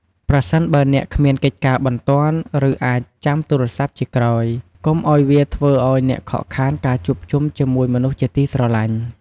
ប្រសិនបើអ្នកគ្មានកិច្ចការបន្ទាន់ ឬអាចចាំទូរស័ព្ទជាក្រោយ កុំឲ្យវាធ្វើឲ្យអ្នកខកខានការជួបជុំជាមួយមនុស្សជាទីស្រឡាញ់។